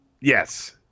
Yes